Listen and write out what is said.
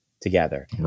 together